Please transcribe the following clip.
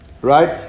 Right